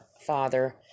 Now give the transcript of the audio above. father